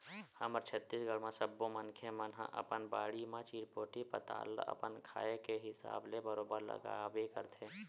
हमर छत्तीसगढ़ म सब्बो मनखे मन ह अपन बाड़ी म चिरपोटी पताल ल अपन खाए के हिसाब ले बरोबर लगाबे करथे